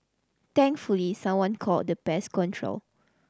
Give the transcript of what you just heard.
thankfully someone called the pest control